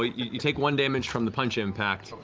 you take one damage from the punch impact,